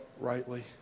rightly